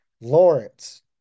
Lawrence